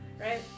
Right